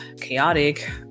chaotic